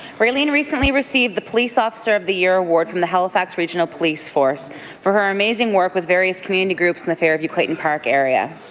raylene recently received the police officer of the year award from the halifax regional police force for her amazing work with various community groups in the fairview clayton park area.